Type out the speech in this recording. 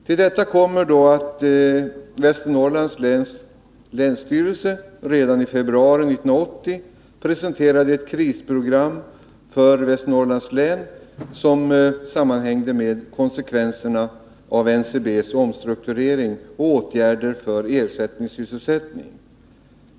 Till detta kommer att länsstyrelsen i Västernorrlands län redan i februari 1980 presenterade ett krisprogram för Västernorrlands län som sammanhängde med konsekvenserna av NCB:s omstrukturering och åtgärder för ersättningssysselsättning.